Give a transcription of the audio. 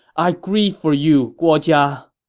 i grieve for you, guo jia!